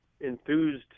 enthused